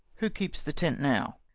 who keeps the tent now?